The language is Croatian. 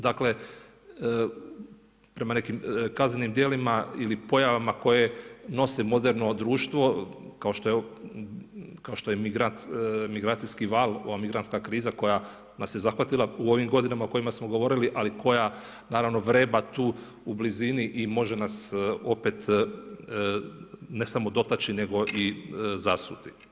Dakle, prema nekim kaznenim djelima ili pojavama koje nose moderno društvo kao što je migracijski val, ova migrantska kriza koja nas je zahvatila u ovim godinama o kojima smo govorili ali koja naravno vreba tu u blizini i može nas opet ne samo dotaći nego i zasuti.